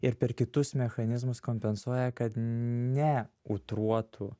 ir per kitus mechanizmus kompensuoja kad ne utruotų